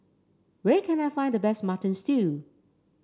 where can I find the best Mutton Stew